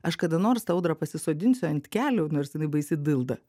aš kada nors tą audrą pasisodinsiu ant kelių nors jinai baisi dilda